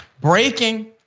Breaking